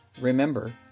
remember